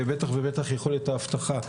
ובטח ובטח יכולת האבטחה.